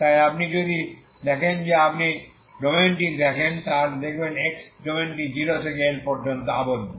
তাই আপনি যদি দেখেন যে আপনি যদি ডোমেনটি দেখেন তাহলে x ডোমেনটি 0 থেকে L পর্যন্ত আবদ্ধ